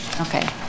Okay